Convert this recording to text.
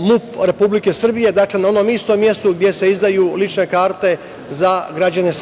MUP Republike Srbije na onom istom mestu gde se izdaju lične karte za građane